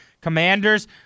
Commanders